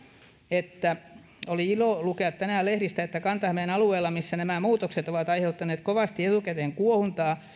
että oli ilo lukea tänään lehdistä että kanta hämeen alueella missä nämä muutokset ovat aiheuttaneet kovasti etukäteen kuohuntaa